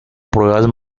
pruebas